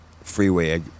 freeway